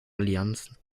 allianzen